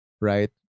Right